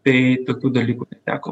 tai tokių dalykų neteko